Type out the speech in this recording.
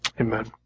amen